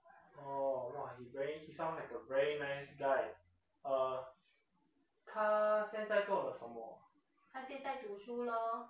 oh !wah! he very sound like a very nice guy uh 他现在做了什么